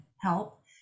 help